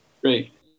Great